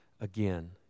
again